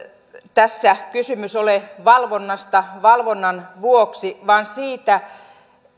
tässä kysymys ole valvonnasta valvonnan vuoksi vaan siitä